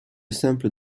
simple